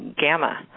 gamma